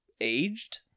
aged